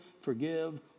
forgive